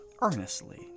Earnestly